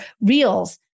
reels